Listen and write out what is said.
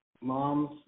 mom's